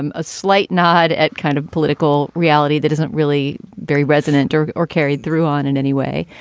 and a slight nod at kind of political reality that isn't really very resonant or or carried through on in any way.